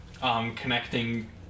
Connecting